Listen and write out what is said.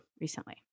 recently